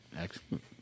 Excellent